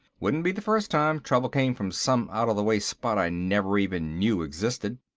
wouldn't be the first time trouble came from some out-of-the-way spot i never even knew existed.